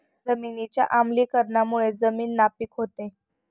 जमिनीच्या आम्लीकरणामुळे जमीन नापीक होते